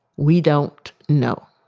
we don't know.